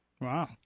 Wow